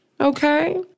Okay